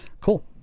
Cool